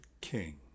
King